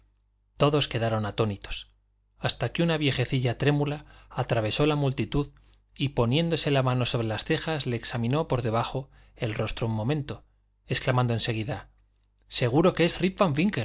todos quedaron atónitos hasta que una viejecilla trémula atravesó la multitud y poniéndose la mano sobre las cejas le examinó por debajo el rostro por un momento exclamando en seguida seguro que es